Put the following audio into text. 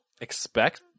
expect